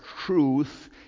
truth